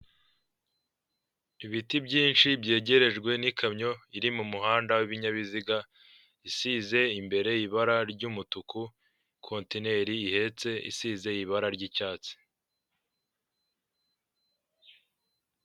Ibiti byinshi byegerejwe n'ikamyo iri mu muhanda w'ibinyabiziga, isize imbere ibara ry'umutuku, kontineri ihetse isize ibara ry'icyatsi.